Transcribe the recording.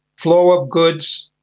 flow of goods,